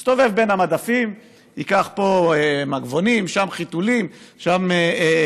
הוא יסתובב בין המדפים וייקח פה מגבונים ושם חיתולים או מוצצים,